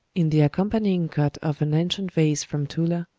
in the accompanying cut of an ancient vase from tula,